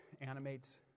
animates